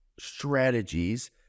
strategies